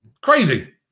Crazy